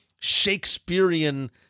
Shakespearean